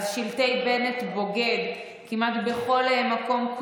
אז שלטי "בנט בוגד" כמעט בכל מקום,